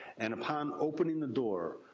and upon opening the door,